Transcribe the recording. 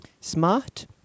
Smart